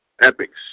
epics